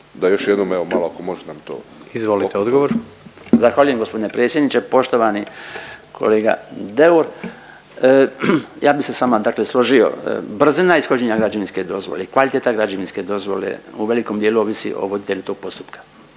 (HDZ)** Izvolite odgovor. **Bačić, Branko (HDZ)** Zahvaljujem g. predsjedniče. Poštovani kolega Deur, ja bi se s vama dakle složio, brzina ishođenja građevinske dozvole i kvaliteta građevinske dozvole u velikom dijelu ovisi o voditelju tog postupka.